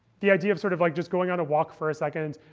the idea of sort of like just going on a walk for a second.